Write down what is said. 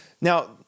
Now